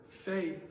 Faith